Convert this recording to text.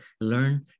learn